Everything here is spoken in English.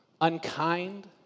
unkind